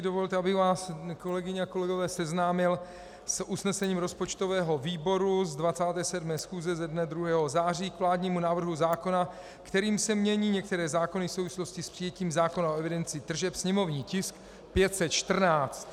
Dovolte, abych vás, kolegyně a kolegové, seznámil s usnesením rozpočtového výboru z 27. schůze ze dne 2. září k vládnímu návrhu zákona, kterým se mění některé zákony v souvislosti s přijetím zákona o evidenci tržeb, sněmovní tisk 514.